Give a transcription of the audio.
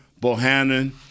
Bohannon